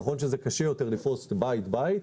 נכון שקשה יותר לפרוס בית בית,